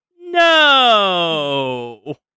No